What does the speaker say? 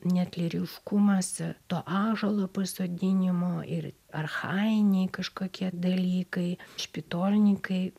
net lyriškumas to ąžuolo pasodinimo ir archajiniai kažkokie dalykai špitolninkai